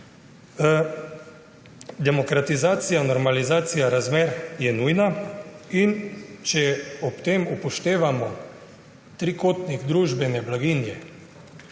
Demokratizacija, normalizacija razmer je nujna. In če ob tem upoštevamo trikotnik družbene blaginje